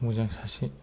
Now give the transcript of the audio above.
मोजां सासे